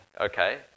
okay